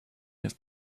have